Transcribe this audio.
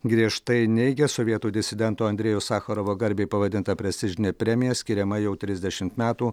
griežtai neigia sovietų disidento andrejaus sacharovo garbei pavadinta prestižinė premija skiriama jau trisdešimt metų